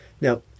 Now